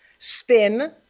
Spin